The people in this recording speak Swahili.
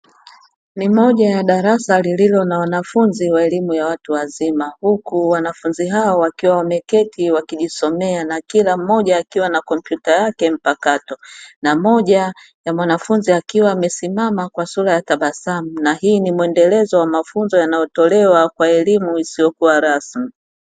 Ni moja ya darasa lililo na wanafunzi wa elimu ya watu wazima; huku wanafunzi hao wakiwa wameketi wakijisomea, na kila mmoja akiwa na kompyuta yake mpakato, na moja ya mwanafunzi akiwa amesimama kwa sura ya tabasamu. Na hii ni mwendelezo wa mafunzo yanayotolewa kwa elimu isiyokuwa rasmi.